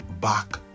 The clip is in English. back